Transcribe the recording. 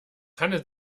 handelt